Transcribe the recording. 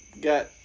Got